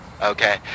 Okay